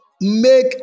make